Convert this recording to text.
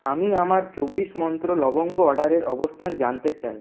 আমি আমার চব্বিশ মন্ত্র লবঙ্গ অর্ডারের অবস্থান জানতে চাই